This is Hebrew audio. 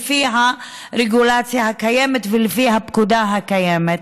לפי הרגולציה הקיימת ולפי הפקודה הקיימת,